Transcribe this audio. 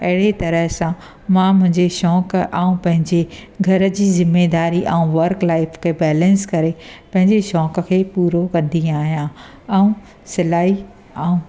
अहिड़ी तरह सां मां मुंहिंजे शौक़ु ऐं पंहिंजे घर जी ज़िमेदारी ऐं वर्क लाइफ खे बैलेंस करे पंहिंजी शौक़ु खे पूरो कंदी आहियां ऐं सिलाई ऐं